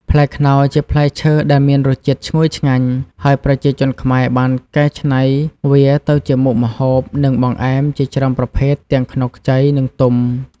ផ្លែខ្នុរ ជាផ្លែឈើដែលមានរសជាតិឈ្ងុយឆ្ងាញ់ ហើយប្រជាជនខ្មែរបានកែច្នៃវាទៅជាមុខម្ហូប និងបង្អែមជាច្រើនប្រភេទ ទាំងខ្នុរខ្ចី និងទុំ។